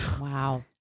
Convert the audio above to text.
Wow